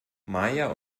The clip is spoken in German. maja